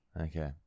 Okay